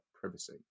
privacy